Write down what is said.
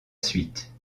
suite